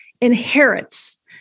inherits